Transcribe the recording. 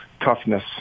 toughness